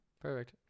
perfect